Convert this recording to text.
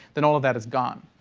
then all of that is gone.